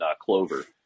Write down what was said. Clover